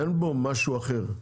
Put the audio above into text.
אין בו משהו אחר,